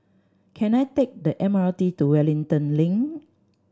can I take the M R T to Wellington Link